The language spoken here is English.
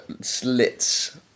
slits